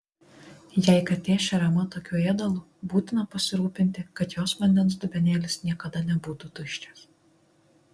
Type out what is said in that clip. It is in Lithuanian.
jei katė šeriama tokiu ėdalu būtina pasirūpinti kad jos vandens dubenėlis niekada nebūtų tuščias